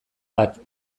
bat